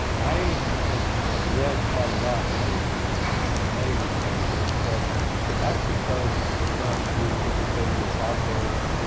i have have read quite a lot and i was just amazed at this. but it actually started referring to, it would say, the apostle,